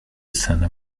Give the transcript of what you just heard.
seiner